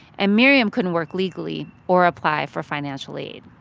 and miriam couldn't work legally or apply for financial aid.